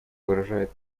выражает